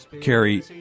Carrie